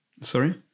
sorry